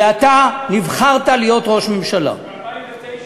ואתה נבחרת להיות ראש ממשלה, ב-2009.